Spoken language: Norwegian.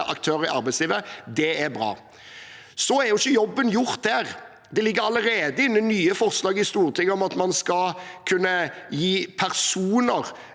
aktører i arbeidslivet. Det er bra. Så er ikke jobben gjort. Det ligger allerede inne nye forslag til Stortinget om at man skal kunne gi personer